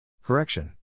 Correction